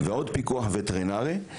ועוד פיקוח וטרינרי.